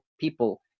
people